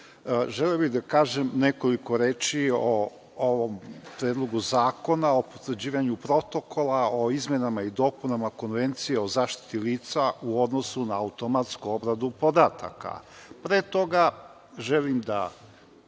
želeo bih da kažem nekoliko reči o ovom predlogu zakona, o potvrđivanju protokola, o izmenama i dopunama Konvencije o zaštiti lica u odnosu na automatsku obradu podataka. Pre toga, želim da